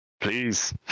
Please